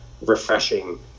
refreshing